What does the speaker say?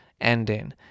ending